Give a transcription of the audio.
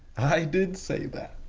i did say that.